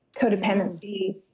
codependency